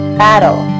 battle